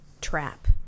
trap